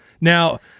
Now